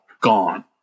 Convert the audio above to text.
gone